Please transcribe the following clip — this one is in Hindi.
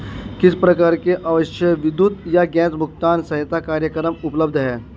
किस प्रकार के आवासीय विद्युत या गैस भुगतान सहायता कार्यक्रम उपलब्ध हैं?